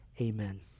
Amen